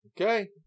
Okay